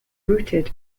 rooted